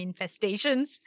infestations